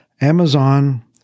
Amazon